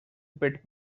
bit